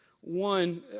One